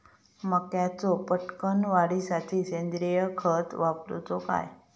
मक्याचो पटकन वाढीसाठी सेंद्रिय खत वापरूचो काय?